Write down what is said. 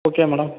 okay madam